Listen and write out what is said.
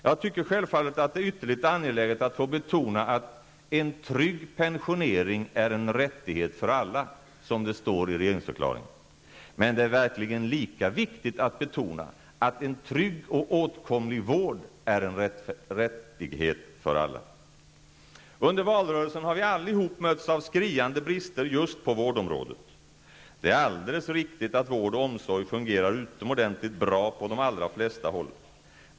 Jag tycker självfallet att det är ytterligt angeläget att få betona att ''en trygg pensionering är en rättighet för alla'', som det står i regeringsförklaringen, men det är verkligen lika viktigt att betona att en trygg och åtkomlig vård är en rättighet för alla. Under valrörelsen har vi allihop mötts av skriande brister på just vårdområdet. Det är alldeles riktigt att vård och omsorg fungerar utomordentligt bra på de allra flesta håll.